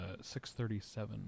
637